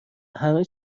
همه